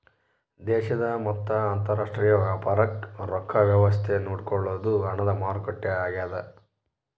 ದೇಶದ ಮತ್ತ ಅಂತರಾಷ್ಟ್ರೀಯ ವ್ಯಾಪಾರಕ್ ರೊಕ್ಕ ವ್ಯವಸ್ತೆ ನೋಡ್ಕೊಳೊದು ಹಣದ ಮಾರುಕಟ್ಟೆ ಆಗ್ಯಾದ